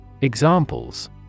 Examples